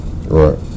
Right